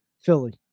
Philly